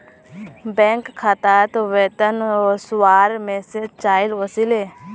bank खातात वेतन वस्वार मैसेज चाइल ओसीले